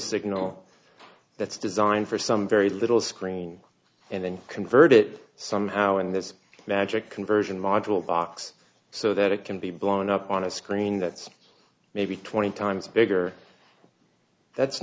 signal that's designed for some very little screening and then convert it somehow in this magic conversion module box so that it can be blown up on a screen that's maybe twenty times bigger that's